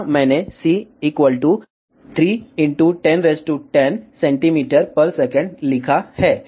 यहाँ मैंने c 3 1010 cm s लिखा है